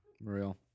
Real